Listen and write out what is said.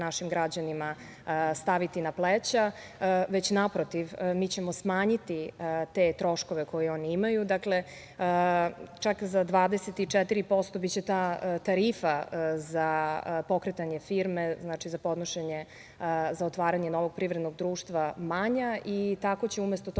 našim građanima staviti na pleća, već naprotiv, mi ćemo smanjiti te troškove koje oni imaju. Čak za 24% biće ta tarifa za pokretanje firme, znači za podnošenje, za otvaranje novog privrednog društva manja i tako će umesto tog